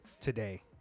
today